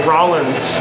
Rollins